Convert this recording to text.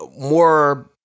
more